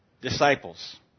disciples